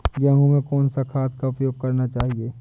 गेहूँ में कौन सा खाद का उपयोग करना चाहिए?